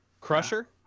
Crusher